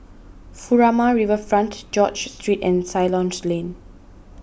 Furama Riverfront George Street and Ceylon Lane